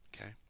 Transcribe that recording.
Okay